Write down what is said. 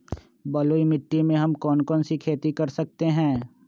बलुई मिट्टी में हम कौन कौन सी खेती कर सकते हैँ?